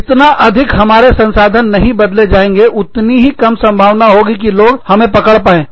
जितना अधिक हमारे संसाधन नहीं बदले जाएंगे उतनी ही कम संभावना होगी कि लोग हमें पकड़ पाएंगे